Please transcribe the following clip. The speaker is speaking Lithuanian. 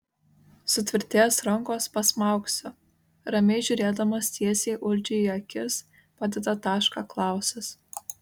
sutvirtės rankos pasmaugsiu ramiai žiūrėdamas tiesiai uldžiui į akis padeda tašką klausas